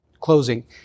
closing